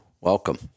welcome